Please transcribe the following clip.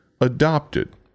adopted